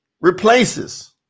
replaces